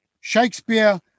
Shakespeare